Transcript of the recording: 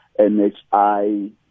NHI